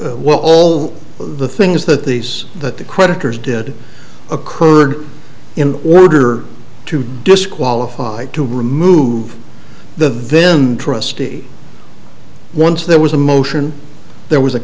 we will all of the things that these that the creditors did occurred in order to disqualify to remove the venn trustee once there was a motion there was a